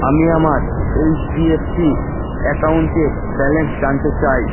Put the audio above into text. আমি আমার এইচডিএফসি অ্যাকাউন্টের ব্যালেন্স জানতে চাই